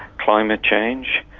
climate change.